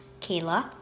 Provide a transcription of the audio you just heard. Kayla